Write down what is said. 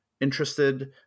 interested